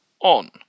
on